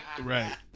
Right